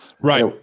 Right